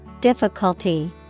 Difficulty